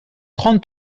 trente